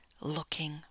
looking